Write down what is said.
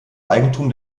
eigentum